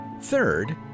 Third